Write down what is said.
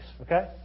Okay